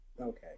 Okay